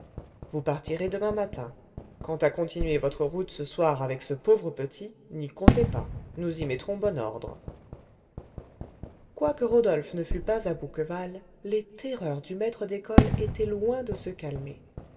vous partirez demain matin quant à continuer votre route ce soir avec ce pauvre petit n'y comptez pas nous y mettrons bon ordre quoique rodolphe ne fût pas à bouqueval les terreurs du maître d'école étaient loin de se calmer